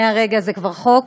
מהרגע זה כבר חוק,